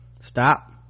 Stop